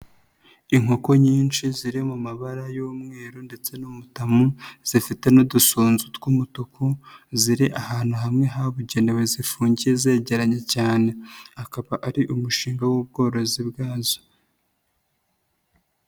Inkoko nyinshi ziri mu mabara y'umweru ndetse n'umutamu zifite n'udusonzu tw'umutuku, ziri ahantu hamwe habugenewe zifungiye zegeranye cyane, akaba ari umushinga w'ubworozi bwazo.